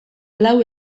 lau